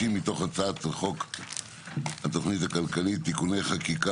60 - מתוך הצ"ח התוכנית הכלכלית (תיקוני חקיקה